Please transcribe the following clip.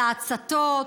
על ההצתות,